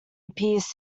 appears